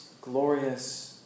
glorious